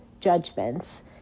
judgments